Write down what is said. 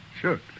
Sure